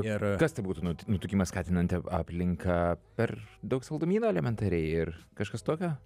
ir kas tai būtų nut nutukimą skatinanti aplinka per daug saldumynų elementariai ir kažkas tokio